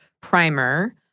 primer